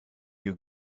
you